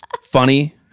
funny